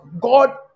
God